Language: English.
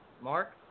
Mark